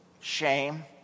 shame